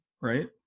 right